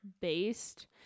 Based